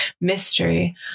Mystery